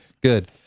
good